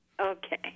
Okay